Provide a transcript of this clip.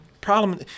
problem